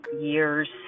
years